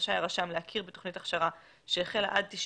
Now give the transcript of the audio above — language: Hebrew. רשאי הרשם להכיר בתוכנית הכשרה שהחלה עד 90